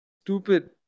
stupid